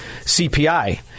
CPI